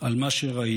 על מה שראיתי.